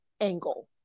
angle